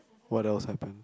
what else happen